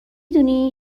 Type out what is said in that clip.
دونی